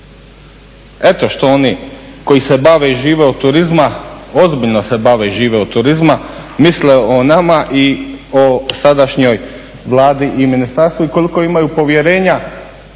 Eto što oni koji se bave i žive od turizma, ozbiljno se bave i žive od turizma misle o nama i o sadašnjoj Vladi i ministarstvu i koliko imaju povjerenja